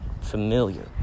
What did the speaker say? familiar